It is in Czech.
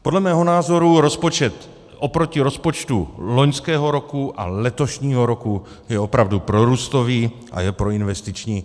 Podle mého názoru rozpočet oproti rozpočtu loňského roku a letošního roku je opravdu prorůstový a je proinvestiční.